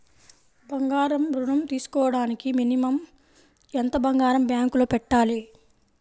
బంగారం ఋణం తీసుకోవడానికి మినిమం ఎంత బంగారం బ్యాంకులో పెట్టాలి?